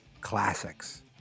classics